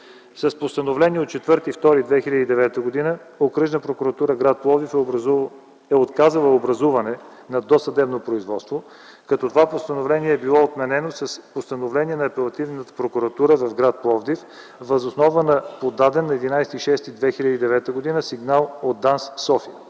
С постановление от 4 февруари 2009 г. Окръжна прокуратура – гр. Пловдив, е отказала образуване на досъдебно производство, като това постановление е било отменено с постановление на Апелативната прокуратура в гр. Пловдив, въз основа на подаден на 11 юни 2009 г. сигнал от ДАНС – София.